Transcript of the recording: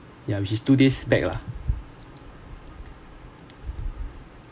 ya which is two days back lah